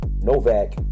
Novak